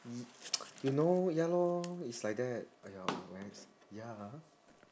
you know ya lor is like that !aiya! ya ah